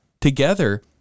together